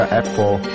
Apple